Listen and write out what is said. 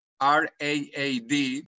R-A-A-D